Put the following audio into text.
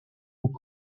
aux